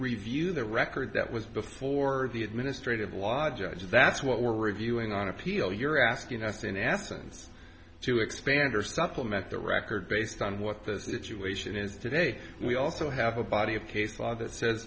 review the record that was before the administrative law judge and that's what we're reviewing on appeal you're asking us in athens to expand or supplement the record based on what the situation is to day we also have a body of case